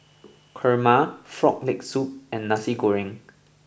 Kurma Frog Leg Soup and Nasi Goreng